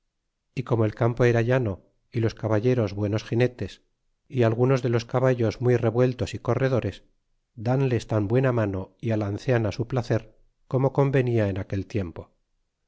y como el campo era llano y los caballeros buenos ginetes y algunos de los caballos muy revueltos y corredores danles tan buena mano y alancean á su placer como convenia en aquel tiempo